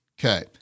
Okay